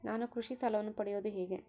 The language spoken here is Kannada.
ನಾನು ಕೃಷಿ ಸಾಲವನ್ನು ಪಡೆಯೋದು ಹೇಗೆ?